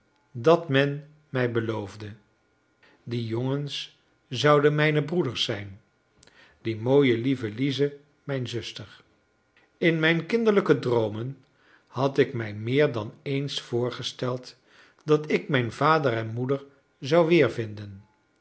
dat men mij beloofde die jongens zouden mijne broeders zijn die mooie lieve lize mijne zuster in mijn kinderlijke droomen had ik mij meer dan eens voorgesteld dat ik mijn vader en moeder zou